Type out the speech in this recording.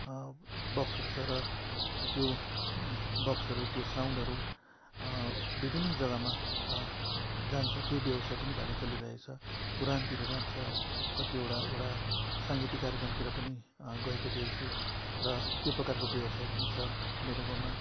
बक्सहरू छ र त्यो बक्सहरू त्यो साउन्डहरू विभिन्न जग्गामा जान्छ त्यो व्यवसाय पनि भाइले चलि रहेको छ पुराणतिर जान्छ कतिवटा एउटा साङ्गतिक कार्यक्रमतिर पनि गएको देखेको छु र त्यो प्रकारको व्यवसाय पनि छ मेरो गाउँमा